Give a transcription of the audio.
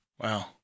Wow